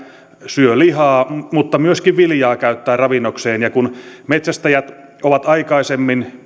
syö lihaa mutta myöskin viljaa käyttää ravinnokseen ja kun metsästäjät ovat aikaisemmin